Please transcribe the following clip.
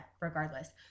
regardless